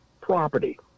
property